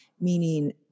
meaning